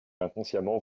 inconsciemment